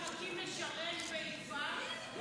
אנחנו מחכים לשרן ויפעת.